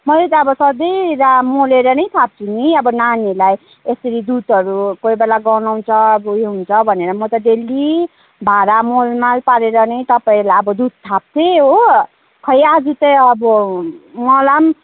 मैले त अब सधैँ रा मोलेर नै थाप्छु नि अब नानीहरूलाई यसरी दुधहरू कोहीबेला गनाउँछ अब ऊ यो हुन्छ भनेर म त डेली भाँडा मोलमाल पारेर नै त पहिला अब दुध थाप्थेँ हो खै आज चाहिँ अब मलाई पनि